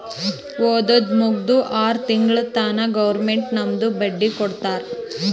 ಓದದ್ ಮುಗ್ದು ಆರ್ ತಿಂಗುಳ ತನಾ ಗೌರ್ಮೆಂಟ್ ನಮ್ದು ಬಡ್ಡಿ ಕಟ್ಟತ್ತುದ್